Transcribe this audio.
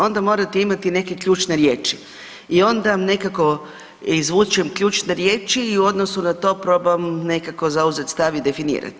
Onda morate imati neke ključne riječi i onda nekako izvučem ključne riječi i u odnosu na to probam nekako zauzeti stav i definirat.